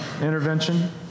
intervention